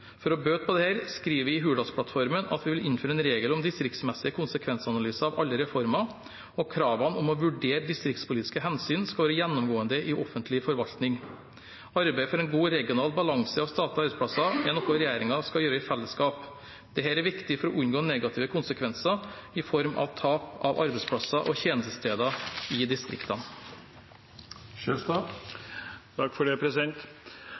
For å bøte på dette skriver vi i Hurdalsplattformen at vi vil innføre en regel om distriktsmessige konsekvensanalyser av alle reformer, og kravene om å vurdere distriktspolitiske hensyn skal være gjennomgående i offentlig forvaltning. Arbeidet for en god regional balanse av statlige arbeidsplasser er noe regjeringen skal gjøre i fellesskap. Dette er viktig for å unngå negative konsekvenser i form av tap av arbeidsplasser og tjenestesteder i distriktene.